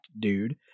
Dude